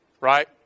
Right